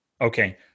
Okay